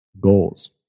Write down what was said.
goals